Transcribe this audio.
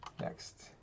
next